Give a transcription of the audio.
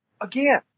again